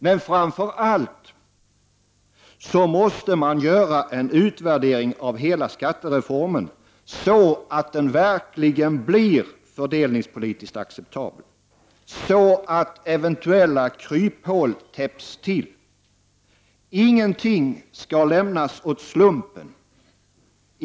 Men framför allt måste en utvärdering av hela skattereformen göras, så att den verkligen blir fördelningspolitiskt acceptabel, så att eventuella nya kryphål täpps till. Ingenting skall lämnas åt slumpen.